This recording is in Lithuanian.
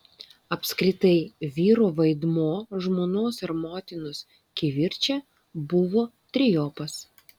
apskritai vyro vaidmuo žmonos ir motinos kivirče buvo trejopas